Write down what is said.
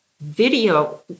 video